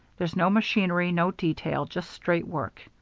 there's no machinery, no details, just straight work.